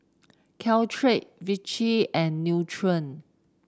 Caltrate Vichy and Nutren